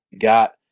got